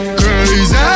crazy